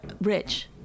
Rich